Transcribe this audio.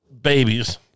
babies